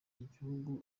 igihugu